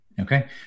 Okay